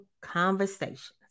conversations